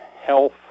health